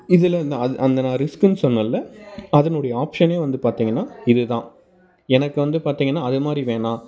இதுல நான் அது அந்த நான் ரிஸ்க்குன்னு சொன்னேல்ல அதனுடைய ஆப்ஷனே வந்து பார்த்திங்கன்னா இது தான் எனக்கு வந்து பார்த்தீங்கன்னா அது மாரி வேணா